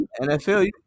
NFL